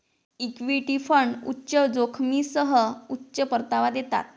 equity fund उच्च जोखमीसह उच्च परतावा देतात